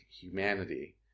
humanity